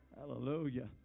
hallelujah